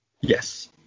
Yes